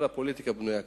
כל הפוליטיקה בנויה כך.